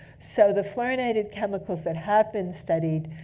so the fluorinated chemicals that have been studied,